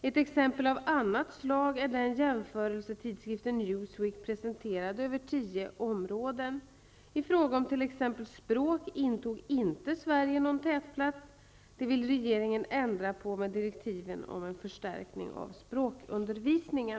Ett exempel av annat slag är den jämförelse tidskriften Newsweek presenterat över tio områden. I fråga om t.ex. språk intog inte Sverige någon tätplats. Det vill regeringen ändra på med direktiven om en förstärkning av språkundervisningen.